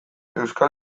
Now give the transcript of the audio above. euskal